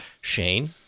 Shane